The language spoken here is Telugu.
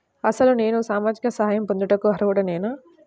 అసలు నేను సామాజిక సహాయం పొందుటకు అర్హుడనేన?